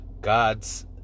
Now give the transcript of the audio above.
God's